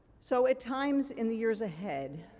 so at times, in the years ahead,